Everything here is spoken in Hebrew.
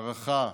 הערכה,